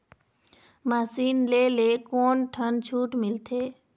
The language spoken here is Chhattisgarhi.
मशीन ले ले कोन ठन छूट मिलथे?